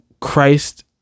Christ